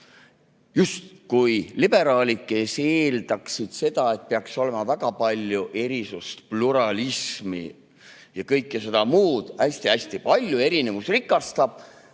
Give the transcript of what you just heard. justkui liberaalid, kes eeldaksid seda, et peaks olema väga palju erisust, pluralismi ja kõike seda muud hästi-hästi palju, erinevus rikastab,